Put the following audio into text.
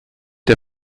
der